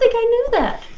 think i knew that